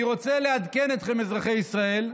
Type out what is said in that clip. אני רוצה לעדכן אתכם, אזרחי ישראל,